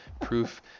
proof